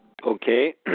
Okay